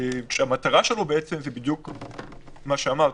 כשהמטרה שלו בעצם זה בדיוק מה שאמרתם,